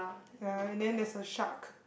ya and then there's a shark